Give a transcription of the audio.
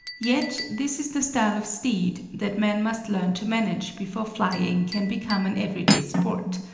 yet this is the style of steed that men must learn to manage before flying can become an everyday sport.